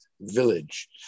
village